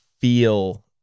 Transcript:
feel